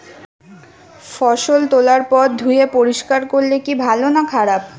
ফসল তোলার পর ধুয়ে পরিষ্কার করলে কি ভালো না খারাপ?